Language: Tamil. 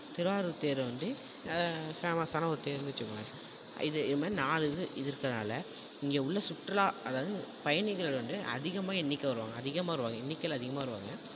திருவாரூர் தேர் வந்து ஃபேமஸான ஒரு தேருன்னே சொல்லலாம் இது இது மாதிரி நாலு இது இருக்குறதனால இங்கே உள்ள சுற்றுலா அதாவது பயணிகள் வந்து அதிகமாக எண்ணிக்க வருவாங்க அதிகமாக வருவாங்க எண்ணிக்கையில் அதிகமாக வருவாங்க